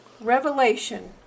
Revelation